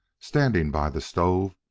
standing by the stove,